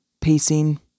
pacing